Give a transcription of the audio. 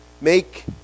Make